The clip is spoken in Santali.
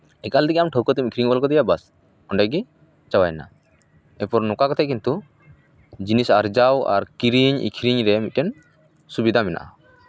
ᱮᱠᱟᱞ ᱛᱮᱜᱮ ᱴᱷᱚᱠ ᱠᱟᱛᱮᱜ ᱟᱹᱠᱷᱨᱤᱧ ᱜᱚᱫ ᱠᱟᱫᱮᱭᱟ ᱵᱟᱥ ᱚᱸᱰᱮᱜᱮ ᱪᱟᱵᱟᱭᱱᱟ ᱛᱟᱨᱯᱚᱨ ᱱᱚᱝᱠᱟ ᱠᱟᱛᱮᱜ ᱠᱤᱱᱛᱩ ᱡᱤᱱᱤᱥ ᱟᱨᱡᱟᱣ ᱟᱨ ᱠᱤᱨᱤᱧ ᱟᱹᱠᱷᱨᱤᱧ ᱨᱮ ᱢᱤᱫᱴᱮᱱ ᱥᱩᱵᱤᱫᱷᱟ ᱢᱮᱱᱟᱜᱼᱟ